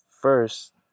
first